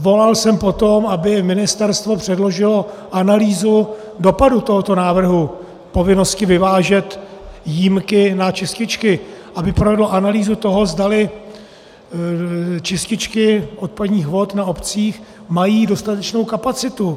Volal jsem po tom, aby ministerstvo předložilo analýzu dopadu tohoto návrhu povinnosti vyvážet jímky na čističky, aby provedlo analýzu toho, zdali čističky odpadních vod v obcích mají dostatečnou kapacitu.